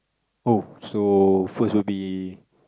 oh so first would be